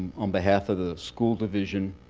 on behalf of the school division,